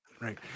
Right